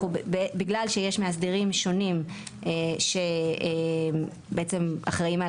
בגלל שיש מאסדרים שונים שבעצם אחראיים על